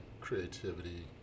creativity